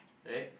right